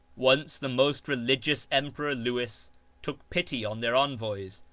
once the most religious emperor lewis took pity on their envoys,